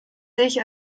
sich